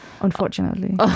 Unfortunately